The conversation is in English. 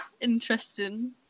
interesting